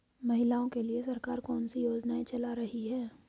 महिलाओं के लिए सरकार कौन सी योजनाएं चला रही है?